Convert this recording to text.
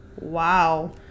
wow